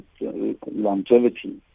longevity